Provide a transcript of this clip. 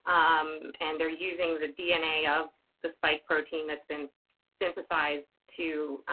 um, and they're using the dna of the spike protein that's been synthesized to,